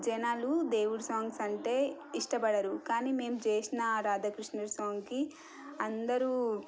జనాలు దేవుడు సాంగ్స్ అంటే ఇష్టపడరు కానీ మేము చేసినా రాధాకృష్ణుడు సాంగ్కి అందరూ